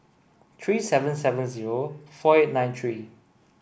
three seven seven zero four eight nine three